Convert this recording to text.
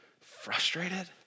frustrated